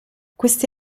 questi